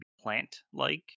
plant-like